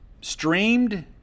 streamed